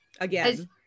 again